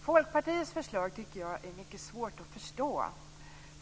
Folkpartiets förslag är, tycker jag, mycket svårt att förstå.